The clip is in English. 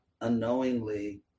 unknowingly